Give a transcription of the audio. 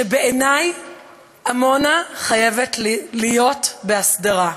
שבעיני עמונה חייבת להיות בהסדרה.